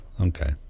Okay